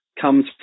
comes